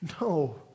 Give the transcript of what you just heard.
No